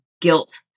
guilt